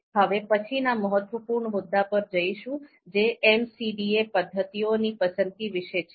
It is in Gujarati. હવે આપણે હવે પછીના મહત્વપૂર્ણ મુદ્દા પર જઈશું જે MCDA પદ્ધતિઓની પસંદગી વિશે છે